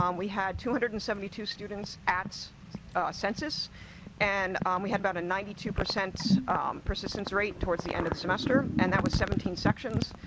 um we had two hundred and seventy two students at census and um we had about a ninety two percent persistence rate towards the end of the semester, and that was seventeen sections.